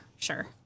Sure